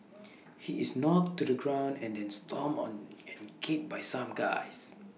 he is knocked to the ground and then stomped on and kicked by some guys